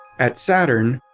at saturn,